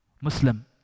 Muslim